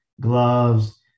gloves